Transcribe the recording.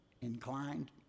inclined